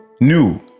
New